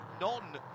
non